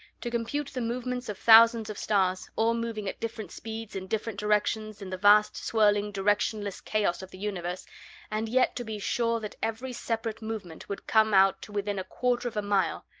to compute the movements of thousands of stars, all moving at different speeds in different directions in the vast swirling directionless chaos of the universe and yet to be sure that every separate movement would come out to within a quarter of a mile!